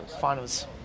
Finals